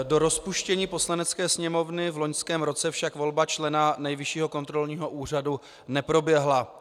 Do rozpuštění Poslanecké sněmovny v loňském roce však volba člena Nejvyššího kontrolního úřadu neproběhla.